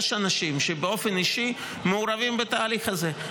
יש אנשים שבאופן אישי מעורבים בתהליך הזה.